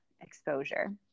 exposure